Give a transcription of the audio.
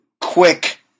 quick